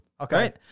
Okay